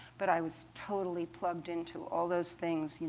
but i was totally plugged into all those things.